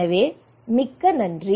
எனவே மிக்க நன்றி